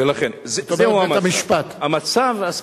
כמובן בית-המשפט.